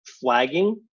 flagging